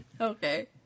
okay